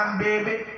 baby